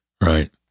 Right